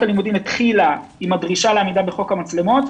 הלימודים התחילה עם הדרישה לעמוד בחוק המצלמות,